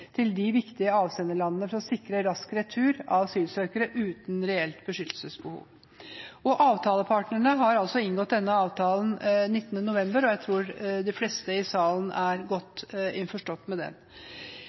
til de viktigste avsenderlandene for å sikre rask retur av asylsøkere uten reelt beskyttelsesbehov. Avtalepartene inngikk denne avtalen 19. november i år, og jeg tror at de fleste i salen er godt innforstått med den.